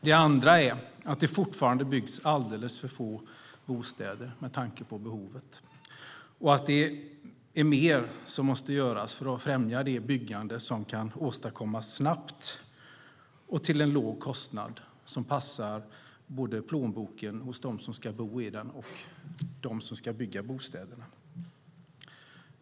Det andra är att det fortfarande byggs alldeles för få bostäder med tanke på behovet och att mer måste göras för att främja det byggande som kan åstadkommas snabbt och till en låg kostnad som passar plånboken både hos dem som ska bo i bostäderna och hos dem som ska bygga dem.